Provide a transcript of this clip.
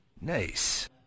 Nice